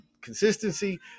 consistency